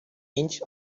inch